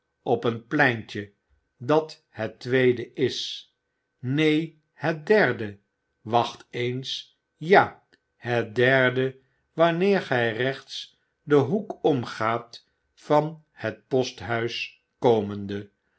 op een pleintje dat het tweedeis neen het derde wacht eens j a het derde wanneer gij rechts den hoek omgaat vanhetposthuis komende